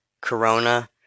Corona